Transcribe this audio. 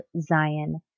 Zion